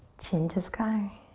chin to sky.